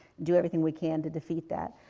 do everything we can to defeat that.